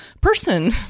person